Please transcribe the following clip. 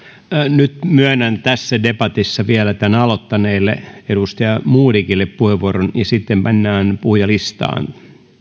nyt tässä debatissa vielä puheenvuoron tämän aloittaneelle edustaja modigille ja sitten mennään puhujalistaan